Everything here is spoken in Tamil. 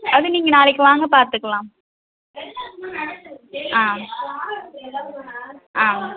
அது நீங்கள் நாளைக்கு வாங்க பார்த்துக்கலாம் ஆ ஆ